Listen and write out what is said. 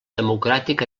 democràtic